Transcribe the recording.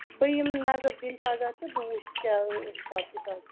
بہٕ یِمہٕ نظر دِنہِ پَگاہ تہٕ بہٕ وُچھٕ کیٛاہ حِساب کِتاب